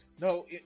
No